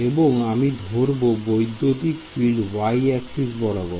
এবং আমি ধরবো বৈদ্যুতিক ফিল্ড y অ্যাক্সিস বরাবর